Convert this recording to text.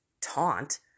taunt